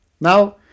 Now